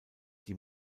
die